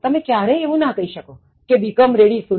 તમે એવું ક્યારેય ન કહી શકો કે become ready soon